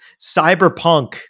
cyberpunk